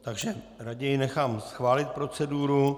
Takže raději nechám schválit proceduru.